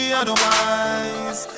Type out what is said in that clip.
otherwise